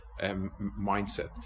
mindset